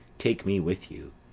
take me with you,